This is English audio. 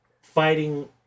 fighting